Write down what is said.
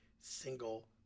single